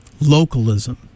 localism